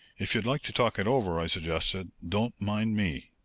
if you'd like to talk it over, i suggested, don't mind me.